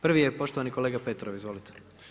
Prvi je poštovani kolega Petrov, izvolite.